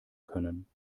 können